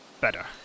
Better